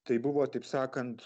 tai buvo taip sakant